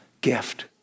gift